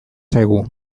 zaigu